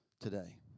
today